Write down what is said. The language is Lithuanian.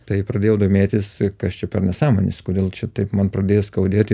tai pradėjau domėtis kas čia per nesąmonės kodėl čia taip man pradėjo skaudėti